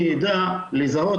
אני אדע לזהות.